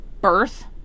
birth